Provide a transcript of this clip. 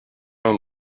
own